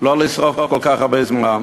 לא לשרוף כל כך הרבה זמן.